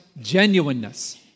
genuineness